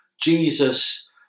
Jesus